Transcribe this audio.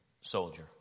soldier